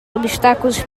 obstáculos